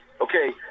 Okay